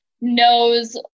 knows